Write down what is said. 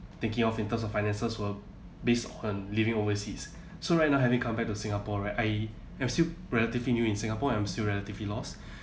taking off in terms of finances were based on living overseas so right now having come back to singapore right I am still relatively new in singapore I'm still relatively lost